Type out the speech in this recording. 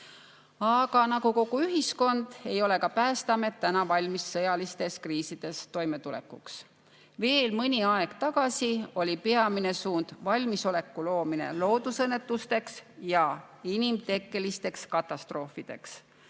Aga nagu kogu ühiskond, nii ei ole ka Päästeamet valmis sõjalistes kriisides toimetulekuks. Veel mõni aeg tagasi oli peamine suund valmisoleku loomine loodusõnnetusteks ja inimtekkelisteks katastroofideks.